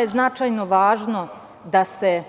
je značajno važno da se